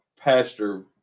pastor